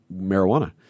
marijuana